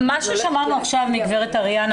אני לא מכירה את גברת אריאנה,